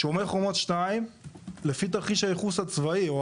שומר חומר 2 לפי תרחיש הייחוס הצבאי או